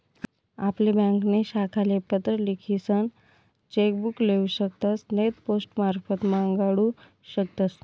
आपली ब्यांकनी शाखाले पत्र लिखीसन चेक बुक लेऊ शकतस नैते पोस्टमारफत मांगाडू शकतस